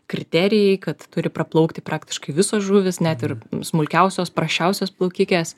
kriterijai kad turi praplaukti praktiškai visos žuvys net ir smulkiausios prasčiausios plaukikės